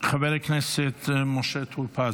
חבר הכנסת משה טור פז,